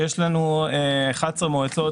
יש לנו 11 מועצות